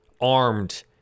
armed